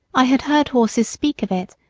i had heard horses speak of it,